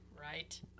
Right